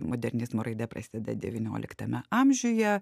modernizmo raida prasideda devynioliktame amžiuje